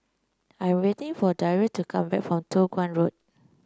I waiting for Dario to come back from Toh Guan Road